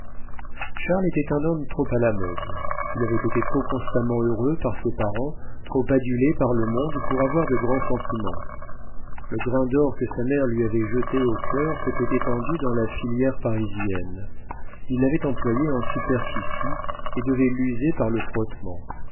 charles était un homme trop à la mode il avait été trop constamment heureux par ses parents trop adulé par le monde pour avoir de grands sentiments le grain d'or que sa mère lui avait jeté au cœur s'était étendu dans la filière parisienne il l'avait employé en superficie et devait l'user par le frottement